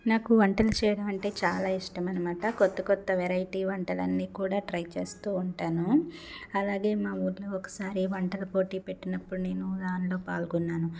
నాకు వంటలు చేయడం అంటే చాలా ఇష్టం అనమాట కొత్త కొత్త వెరైటీ వంటలన్నీ కూడా ట్రై చేస్తూ ఉంటాను అలాగే మా ఊర్లో ఒకసారి వంటలు పోటీ పెట్టినప్పుడు నేను దానిలో పాల్గొన్నారు